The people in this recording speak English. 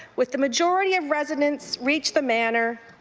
with the majority of residents reach the manor,